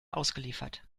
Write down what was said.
ausgeliefert